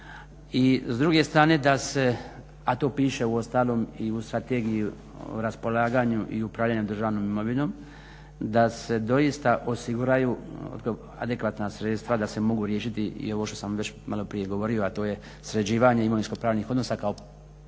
S druge strane da se, a to piše uostalom i u Strategiji o raspolaganju i upravljanju državnom imovinom, da se doista osiguraju adekvatna sredstva da se mogu riješiti i ovo što sam već maloprije govorio a to je sređivanje imovinsko-pravnih odnosa kao temelj